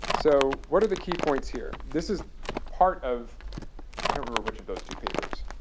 so, what are the key points here? this is part of i don't remember which of those two papers.